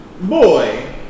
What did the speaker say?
Boy